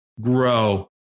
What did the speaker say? grow